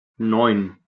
neun